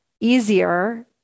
easier